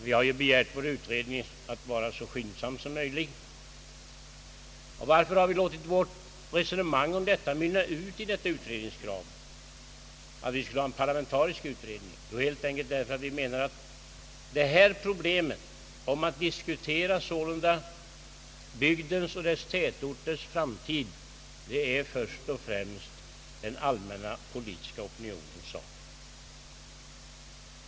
Vi har emellertid begärt att denna utredning skulle göras så skyndsamt som möjligt. Varför har vi låtit vårt resonemang mynna ut i ett krav på en parlamentarisk utredning? Helt enkelt därför att vi menar att bygdens och dess tätorters framtid först och främst är den allmänna politiska opinionens sak.